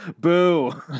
Boo